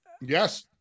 Yes